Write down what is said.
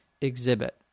exhibit